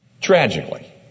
Tragically